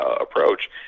approach